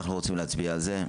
נצביע על זה.